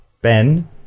Ben